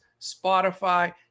Spotify